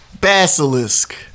basilisk